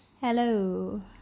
Hello